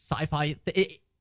sci-fi